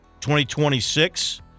2026